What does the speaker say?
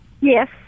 Yes